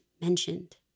mentioned